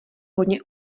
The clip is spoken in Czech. hodně